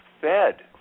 fed